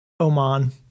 Oman